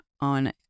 On